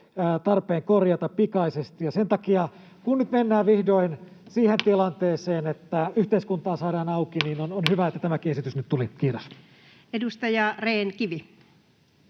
tarpeen korjata pikaisesti. Ja sen takia, kun nyt mennään vihdoin siihen tilanteeseen, että yhteiskuntaa saadaan auki, on hyvä, että tämäkin esitys nyt tuli. — Kiitos. [Speech 18]